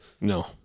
No